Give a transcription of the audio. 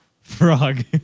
frog